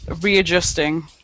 readjusting